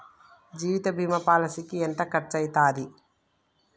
జీవిత బీమా పాలసీకి ఎంత ఖర్చయితది?